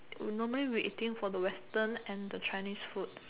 normally we eating for the Western and the Chinese food